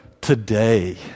today